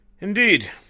Indeed